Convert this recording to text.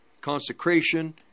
consecration